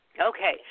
Okay